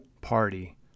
party